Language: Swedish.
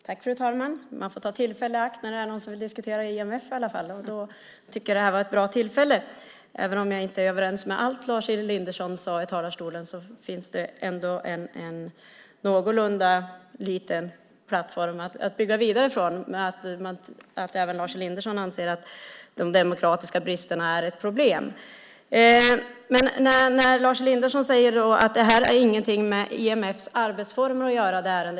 Fru talman! Man får ta tillfället i akt när någon vill diskutera IMF. Det här är ett bra tillfälle. Även om jag inte är överens med allt som Lars Elinderson sade i talarstolen finns det ändå en liten plattform att bygga vidare från, till exempel att Lars Elinderson anser att de demokratiska bristerna är ett problem. Lars Elinderson säger att det ärende vi har framför oss inte har med IMF:s arbetsformer att göra.